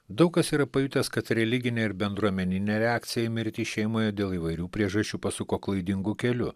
daug kas yra pajutęs kad religinė ir bendruomeninė reakcija į mirtį šeimoje dėl įvairių priežasčių pasuko klaidingu keliu